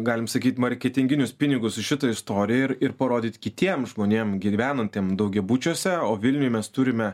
galim sakyt marketinginius pinigus į šitą istoriją ir ir parodyti kitiem žmonėm gyvenantiem daugiabučiuose o vilniuj mes turime